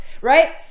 right